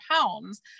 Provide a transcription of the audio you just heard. pounds